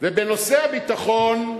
ובנושא הביטחון,